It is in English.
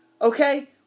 okay